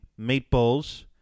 meatballs